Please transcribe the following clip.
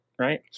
right